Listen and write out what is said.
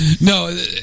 No